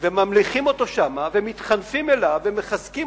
וממליכים אותו שם ומתחנפים אליו ומחזקים